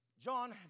John